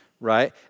right